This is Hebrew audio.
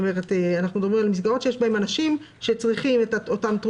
אנחנו מדברים על מסגרות שיש בהן אנשים שצריכים תרופות